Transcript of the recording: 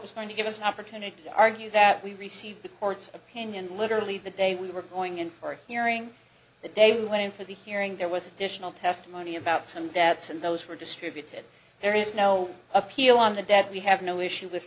was going to give us an opportunity to argue that we received the court's opinion literally the day we were going in for a hearing the day we went in for the hearing there was additional testimony about some debts and those were distributed there is no appeal on the debt we have no issue with